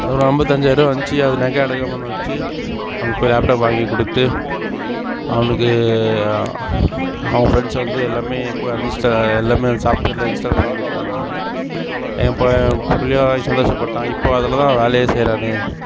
அது ஒரு ஐம்பத்தஞ்சாயிருவா வந்துச்சி அது நகை அடமானம் வெச்சு அவனுக்கு இப்போ லேப்டாப் வாங்கிக் கொடுத்து அவனுக்கு அவன் ஃப்ரெண்ட்ஸ் வந்து எல்லாமே கூட அன்இன்ஸ்டால் எல்லாமே அந்த சாஃப்ட்வேர்லாம் இன்ஸ்டால் பண்ணி கொடுத்தானுங்க என் ப பிள்ளையும் சந்தோஷப்பட்டான் இப்போது அதில் தான் வேலையே செய்றான்